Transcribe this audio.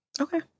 Okay